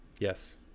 Yes